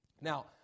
Now